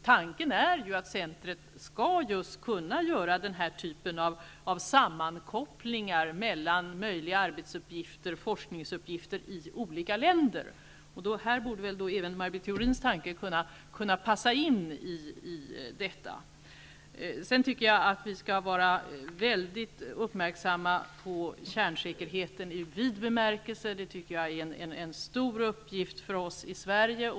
Tanken är att centret skall kunna göra denna typ av sammankoppling mellan möjliga arbetsuppgifter och forskningsuppgifter i olika länder. Här borde även Maj Britt Theorins tanke kunna passa in. Jag tycker att vi skall vara mycket uppmärksamma på kärnsäkerheten i vid bemärkelse. Det är en stor uppgift för oss i Sverige.